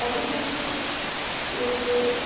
audio book एक